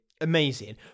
amazing